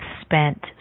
spent